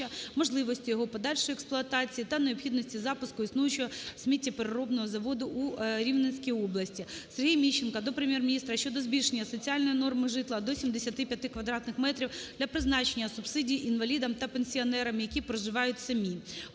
можливості його подальшої експлуатації та необхідності запуску існуючого сміттєпереробного заводу у Рівненській області. Сергія Міщенка до Прем'єр-міністра щодо збільшення соціальної норми житла до 75 кв. м. для призначення субсидії інвалідам та пенсіонерам, які проживають самі.